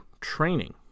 training